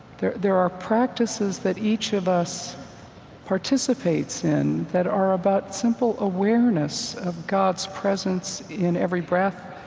there there are practices that each of us participates in that are about simple awareness of god's presence in every breath,